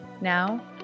Now